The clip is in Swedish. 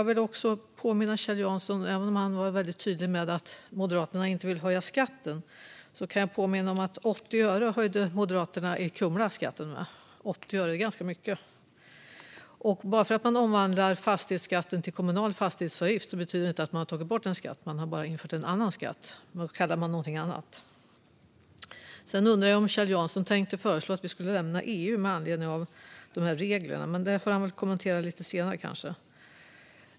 Även om Kjell Jansson var väldigt tydlig med att Moderaterna inte vill höja skatten kan jag påminna honom om att Moderaterna höjde skatten med 80 öre i Kumla. Det är ganska mycket. Bara för att man omvandlar fastighetsskatten till en kommunal fastighetsavgift betyder det inte att man har tagit bort en skatt. Man har bara infört en annan skatt som man kallar för någonting annat. Sedan undrar jag om Kjell Jansson tänker föreslå att vi ska lämna EU med anledning av dessa regler. Men det får han kanske kommentera lite senare.